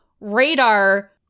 Radar